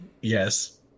Yes